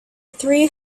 three